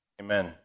Amen